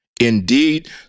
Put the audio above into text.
Indeed